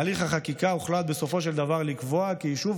בהליך החקיקה הוחלט בסופו של דבר לקבוע כי יישוב